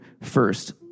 first